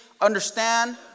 understand